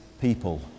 people